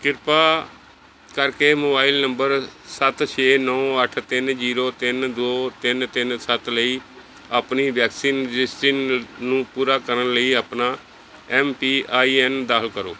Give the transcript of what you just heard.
ਕਿਰਪਾ ਕਰਕੇ mobile number ਸੱਤ ਛੇ ਨੌਂ ਅੱਠ ਤਿੰਨ ਜੀਰੋ ਤਿੰਨ ਦੋ ਤਿੰਨ ਤਿੰਨ ਸੱਤ ਲਈ ਆਪਣੀ ਵੈਕਸੀਨ ਰਜਿਸਟ੍ਰਿਨ ਨੂੰ ਪੂਰਾ ਕਰਨ ਲਈ ਆਪਣਾ ਐਮ ਪੀ ਆਈ ਐਨ ਦਾਖ਼ਲ ਕਰੋ